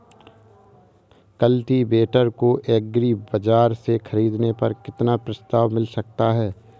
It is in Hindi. कल्टीवेटर को एग्री बाजार से ख़रीदने पर कितना प्रस्ताव मिल सकता है?